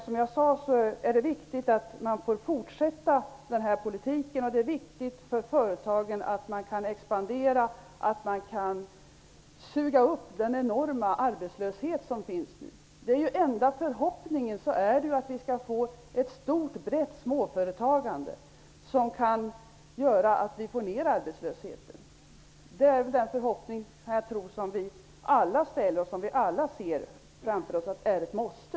Det är viktigt att vi får fortsätta denna politik. Det är viktigt för företagen att kunna expandera, och det är viktigt att företagen kan suga upp den enorma arbetslöshet som finns. Den enda förhoppningen är att vi får ett brett småföretagande, som kan göra att vi får ned arbetslösheten. Det är den förhoppning som vi alla har. Vi inser alla att det är ett måste.